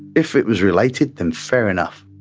if it was related then fair enough,